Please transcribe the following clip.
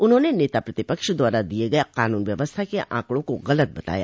उन्होंने नेता प्रतिपक्ष द्वारा दिये गये कानून व्यवस्था के आंकड़ों को गलत बताया